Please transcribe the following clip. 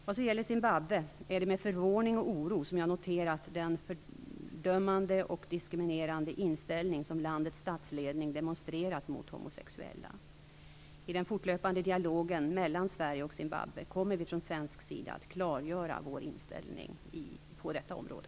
Vad så gäller Zimbabwe är det med förvåning och oro som jag noterat den fördömande och diskriminerande inställning som landets statsledning demonstrerat mot homosexuella. I den fortlöpande dialogen mellan Sverige och Zimbabwe kommer vi från svensk sida att klargöra vår inställning på detta område.